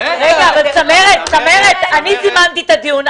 --- אני זימנתי את הדיון,